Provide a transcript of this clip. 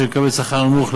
שמקבלת שכר נמוך,